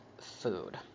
food